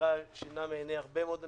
מדירה שינה מעיני הרבה מאוד אנשים.